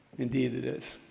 indeed it is.